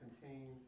contains